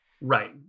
right